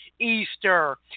Easter